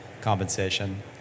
compensation